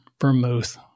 vermouth